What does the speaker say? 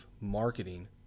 marketing